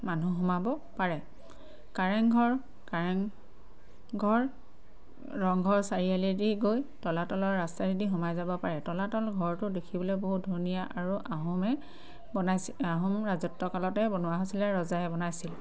মানুহ সোমাব পাৰে কাৰেংঘৰ কাৰেং ঘৰ ৰংঘৰ চাৰিআলিয়েদি গৈ তলাতলৰ ৰাস্তাইদি সোমাই যাব পাৰে তলাতল ঘৰটো দেখিবলৈ বহুত ধুনীয়া আৰু আহোমে বনাইছিল আহোম ৰাজত্ব কালতে বনোৱা হৈছিলে আৰু ৰজায়ে বনাইছিল